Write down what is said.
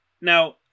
Now